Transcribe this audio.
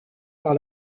par